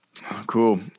Cool